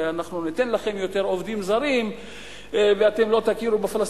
אנחנו ניתן לכם יותר עובדים זרים ואתם לא תכירו בפלסטינים,